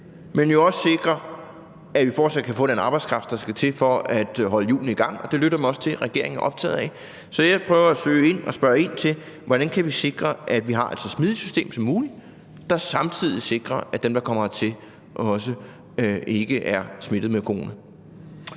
men jo også sikre, at vi fortsat kan få den arbejdskraft, der skal til for at holde hjulene i gang. Det lyttede jeg mig også til at regeringen er optaget af. Så jeg prøver at spørge ind til, hvordan vi kan sikre, at vi har et så smidigt system som muligt, der samtidig sikrer, at dem, der kommer hertil, ikke er smittet med corona.